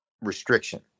restriction